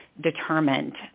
determined